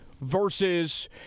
versus